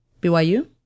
BYU